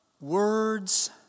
Words